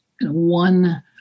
one